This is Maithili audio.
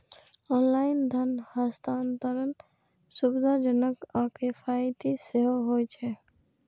ऑनलाइन धन हस्तांतरण सुविधाजनक आ किफायती सेहो होइ छै